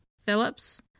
Phillips